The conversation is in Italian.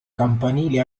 campanile